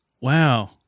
wow